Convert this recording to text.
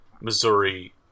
Missouri